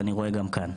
אני רואה גם כאן,